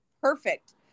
Perfect